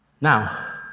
Now